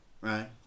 right